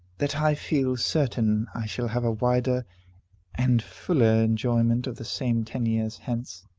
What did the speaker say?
that i feel certain i shall have a wider and fuller enjoyment of the same ten years hence.